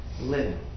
living